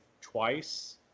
Twice